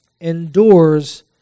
endures